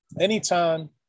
anytime